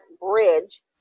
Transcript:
bridge